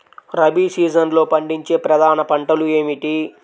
రబీ సీజన్లో పండించే ప్రధాన పంటలు ఏమిటీ?